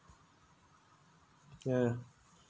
ya